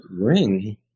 ring